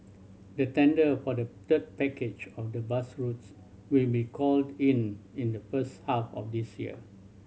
the tender for the third package of the bus routes will be called in in the first half of this year